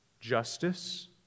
justice